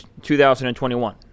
2021